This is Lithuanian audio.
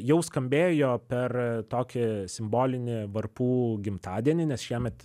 jau skambėjo per tokį simbolinį varpų gimtadienį nes šiemet